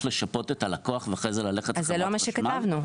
לשפות את הלקוח ואחרי זה ללכת לחברת חשמל?